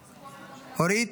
אורית?